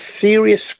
serious